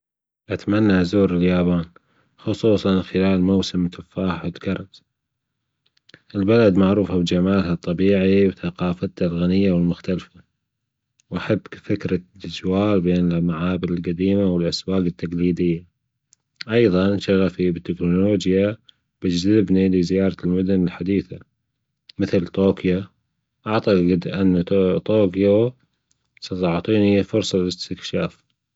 أتمنى ازور اليابان خصوصا خلال موسم التفاح يتكرس البلد معروفه بجمالها الطبيعى وثقافتها الغنية والمختلفة وأحب فكرة المعابر الجديمة والاسواج التجليدية أيضا شغفى بالتكنولوجيا بيجزبنى لزيارة المدن الحديثة مثل طوكيا أعتقد أن طوكيو ستعطينى فرصة للاستكشاف